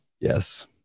Yes